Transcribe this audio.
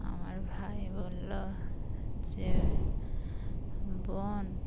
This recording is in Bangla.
আমার ভাই বললো যে বোন